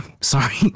Sorry